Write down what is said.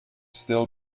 still